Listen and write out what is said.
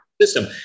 system